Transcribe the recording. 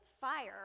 fire